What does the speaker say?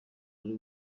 wari